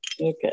okay